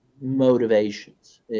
motivations